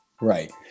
Right